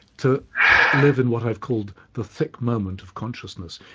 to live in what i've called the thick moment of consciousness,